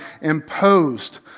imposed